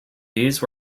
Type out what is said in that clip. these